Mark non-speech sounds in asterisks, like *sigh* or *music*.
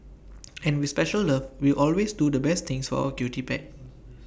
*noise* and with special love we always do the best things for our cutie pet